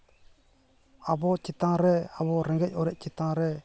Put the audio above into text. ᱟᱵᱚ ᱪᱮᱛᱟᱱ ᱨᱮ ᱟᱵᱚ ᱨᱮᱸᱜᱮᱡ ᱚᱨᱮᱡ ᱪᱮᱛᱟᱱ ᱨᱮ